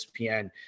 ESPN